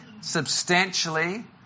substantially